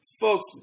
folks